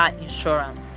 insurance